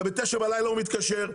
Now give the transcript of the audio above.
גם בתשע בלילה הוא מתקשר,